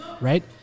right